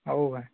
हो काय